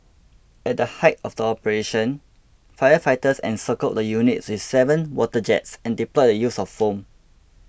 at the height of the operation firefighters encircled the units with seven water jets and deployed the use of foam